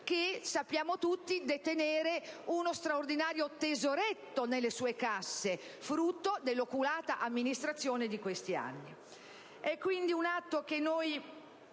che sappiamo tutti detenere uno straordinario tesoretto nelle sue casse, frutto dell'oculata amministrazione di questi anni. Quello che ci